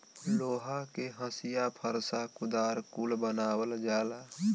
लोहा के हंसिआ फर्सा कुदार कुल बनावल जाला